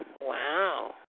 Wow